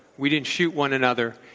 we didn't shoot one another,